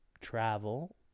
travel